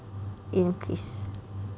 in please